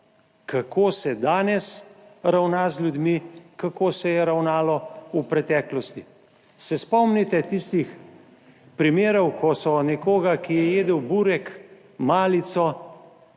kako se danes ravna z ljudmi, kako se je ravnalo v preteklosti. Se spomnite tistih primerov, ko so nekoga, ki je jedel burek, malico